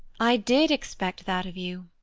i did expect that of you.